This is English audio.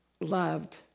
loved